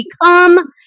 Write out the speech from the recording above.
become